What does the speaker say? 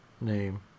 name